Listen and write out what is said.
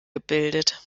gebildet